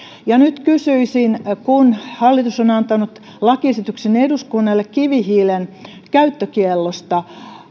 ja nyt kysyisin kun hallitus on antanut lakiesityksen eduskunnalle kivihiilen käyttökiellosta